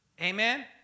amen